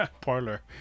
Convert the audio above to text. Parlor